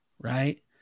right